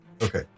Okay